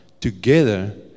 together